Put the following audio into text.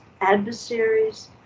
adversaries